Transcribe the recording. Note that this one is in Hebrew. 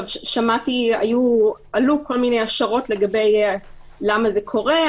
עלו כל מיני השערות לגבי הסיבה שזה קורה,